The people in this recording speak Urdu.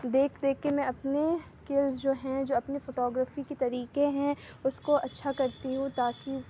دیکھ دیکھ کے میں اپنے اسکلز جو ہیں جو اپنے فوٹو گرافی کے طریقے ہیں اُس کو اچھا کرتی ہوں تا کہ